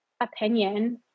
opinion